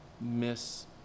miss